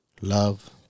love